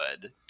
good